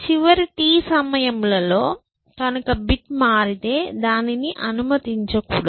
చివరి t సమయములలో కనుక బిట్ మారితే దానిని అనుమతించకూడదు